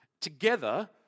Together